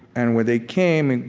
and when they came, and